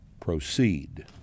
Proceed